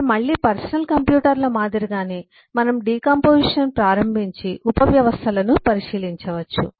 ఇప్పుడు మళ్ళీ పర్సనల్ కంప్యూటర్ల మాదిరిగానే మనం డికాంపొజిషన్ ప్రారంభించి ఉపవ్యవస్థలను పరిశీలించవచ్చు